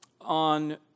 on